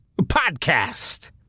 podcast